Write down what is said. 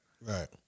Right